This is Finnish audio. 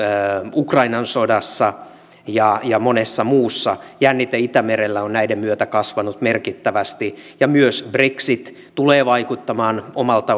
ukrainan sodassa ja ja monessa muussa jännite itämerellä on näiden myötä kasvanut merkittävästi myös brexit tulee vaikuttamaan omalta